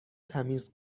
تمیز